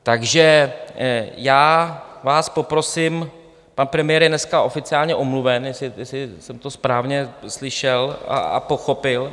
Takže já vás poprosím: pan premiér je dneska oficiálně omluven, jestli jsem to správně slyšel a pochopil?